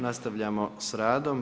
Nastavljamo sa radom.